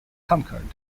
conquered